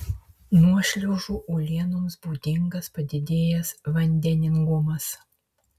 nuošliaužų uolienoms būdingas padidėjęs vandeningumas